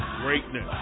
Greatness